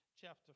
chapter